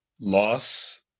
loss